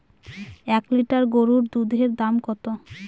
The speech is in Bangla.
এক লিটার গরুর দুধের দাম কত?